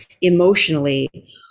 emotionally